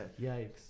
Yikes